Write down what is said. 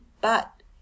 but